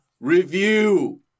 review